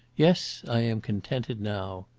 yes, i am contented now.